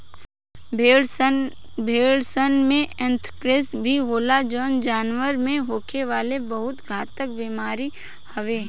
भेड़सन में एंथ्रेक्स भी होला जवन जानवर में होखे वाला बहुत घातक बेमारी हवे